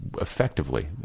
effectively